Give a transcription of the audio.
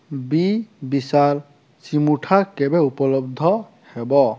ବି ବିଶାଲ ଚିମୁଟା କେବେ ଉପଲବ୍ଧ ହେବ